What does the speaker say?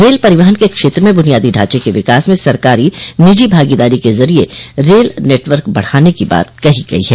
rail परिवहन के क्षेत्र में बुनियादी ढ़ाचे के विकास म सरकारी निजी भागीदारी के जरिये रेल नेटवर्क बढ़ाने की बात कही गई है